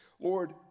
Lord